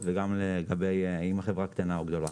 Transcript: וגם לגבי השאלה אם החברה קטנה או גדולה.